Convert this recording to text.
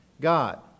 God